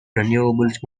renewables